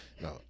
No